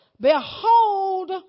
behold